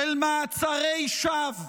של מעצרי שווא,